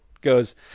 goes